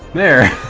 there